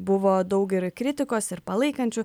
buvo daug ir kritikos ir palaikančių